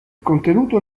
contenuto